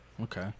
Okay